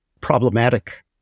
problematic